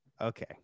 okay